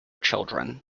children